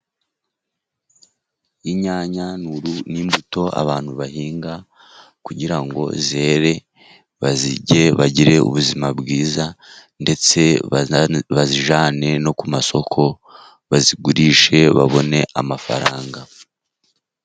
Inyanya ni imbuto abantu bahinga kugira ngo zere bazirye, bagire ubuzima bwiza, ndetse bazijyane no ku masoko, bazigurishe, babone amafaranga.